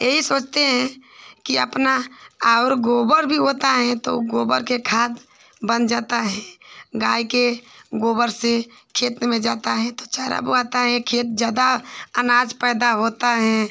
यही सोचते हैं कि अपना और गोबर भी होता है तो गोबर का खाद बन जाता है गाय के गोबर से खेत में जाता है तो चारा बोआता है खेत ज़्यादा अनाज पैदा होता है